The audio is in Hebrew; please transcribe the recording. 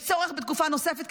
יש צורך בתקופה נוספת,